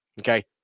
okay